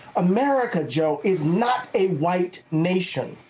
america, joe is not a white nation.